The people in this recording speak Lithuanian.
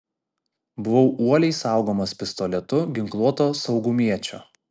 buvau uoliai saugomas pistoletu ginkluoto saugumiečio